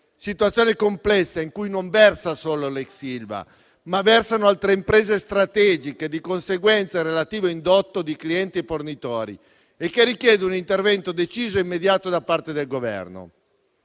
situazione complessa in cui non versa solo l'ex Ilva, ma versano altre imprese strategiche e, di conseguenza, il relativo indotto di clienti e fornitori, che richiedono un intervento deciso e immediato da parte del Governo.